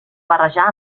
barrejar